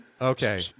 Okay